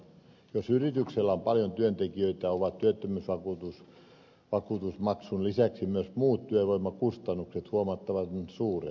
jos yrityksellä on paljon työntekijöitä ovat työttömyysvakuutusmaksun lisäksi myös muut työvoimakustannukset huomattavan suuret